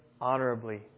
honorably